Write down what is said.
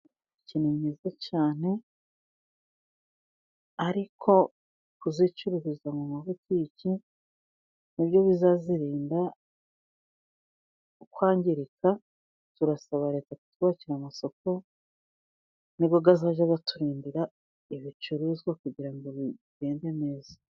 Imbuto ni nziza cyane ariko kuzicuriza mu mabutiki ni byo bizazirinda kwangirika turasaba leta, ,kutwubakira amasoko n'imboga zajyaga turindira ibicuruzwa kugira ngo bigende neza.